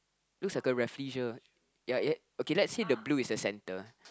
looks like a Rafflesia ya ya okay let's say the blue is the centre